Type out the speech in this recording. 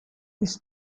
this